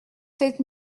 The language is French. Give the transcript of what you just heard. sept